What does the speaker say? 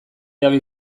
jabe